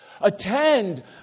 Attend